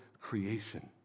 creation